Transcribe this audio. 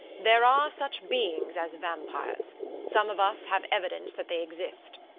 there are such beings as vampires some of us have evidence that they exist.